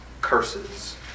curses